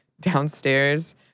downstairs